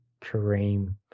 Kareem